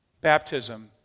baptism